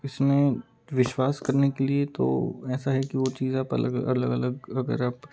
इसमें विश्वास करने के लिए तो ऐसा है कि वो चीज आप अलग अलग अगर आप